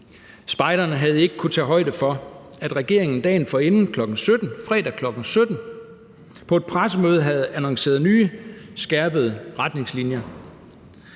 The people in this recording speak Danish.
spejderne havde ikke kunnet tage højde for, at regeringen dagen forinden, fredag kl. 17.00, på et pressemøde havde annonceret nye skærpede retningslinjer,